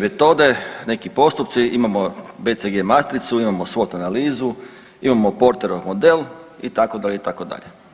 metode, neki postupci, imamo BCG matricu, imamo SWOT analizu, imamo POrterov model itd., itd.